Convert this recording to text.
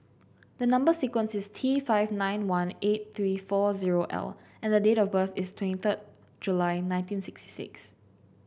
the number sequence is T five nine one eight three four zero L and the date of birth is twenty third July nineteen sixty six